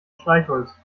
streichholz